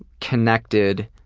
connected.